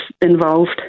involved